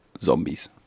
zombies